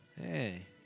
Hey